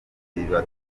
nabyo